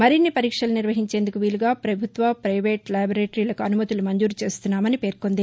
మరిన్ని పరీక్షలు నిర్వహించేందుకు వీలుగా పభుత్వ పైవేటు ల్యాటొరేటరీలకు అనుమతులు మంజూరు చేస్తున్నామని పేర్కొంది